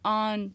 on